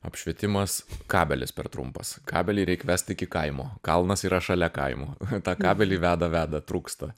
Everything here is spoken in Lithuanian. apšvietimas kabelis per trumpas kabelį reik vest iki kaimo kalnas yra šalia kaimo tą kabelį veda veda trūksta